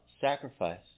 Sacrifice